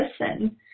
listen